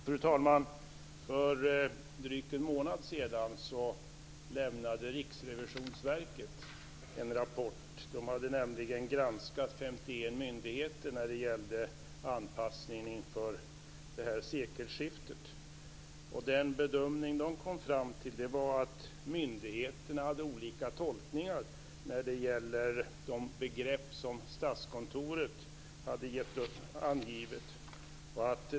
Fru talman! För drygt en månad sedan lämnade Riksrevisionsverket en rapport. Man hade granskat 51 myndigheter när det gällde anpassningen inför sekelskiftet. Den bedömning man kom fram till var att myndigheterna hade olika tolkningar när det gällde de begrepp som Statskontoret hade angivit.